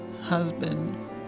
husband